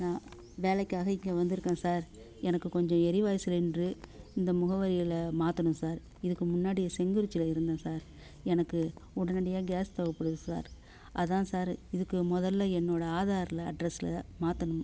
வேலைக்காக இங்கே வந்திருக்கேன் சார் எனக்கு கொஞ்சம் எரிவாயு சிலிண்ட்ரு இந்த முகவரியில் மாற்றணும் சார் இதுக்கு முன்னாடி செங்குறிச்சியில் இருந்தேன் சார் எனக்கு உடனடியா கேஸ் தேவைப்படுது சார் அதான் சார் இதுக்கு முதல்ல என்னோடய ஆதாரில் அட்ரஸில் மாற்றணும்